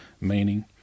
meaning